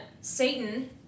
Satan